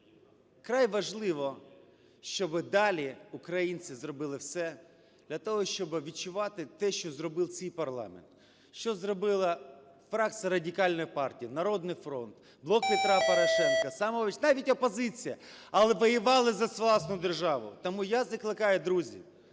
вкрай важливо, щоби далі українці зробили все для того, щоби відчувати те, що зробив цей парламент, що зробила фракція Радикальної партії, "Народний фронт", "Блок Петра Порошенка", "Самопоміч", навіть опозиція, але воювали за власну державу. Тому я закликаю, друзі,